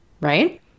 right